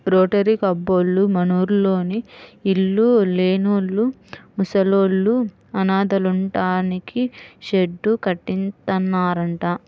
rotary కబ్బోళ్ళు మనూర్లోని ఇళ్ళు లేనోళ్ళు, ముసలోళ్ళు, అనాథలుంటానికి షెడ్డు కట్టిత్తన్నారంట